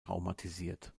traumatisiert